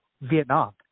Vietnam